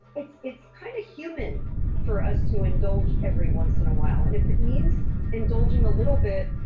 it's it's kind of human for us to indulge every once in a while and if it means indulging a little bit,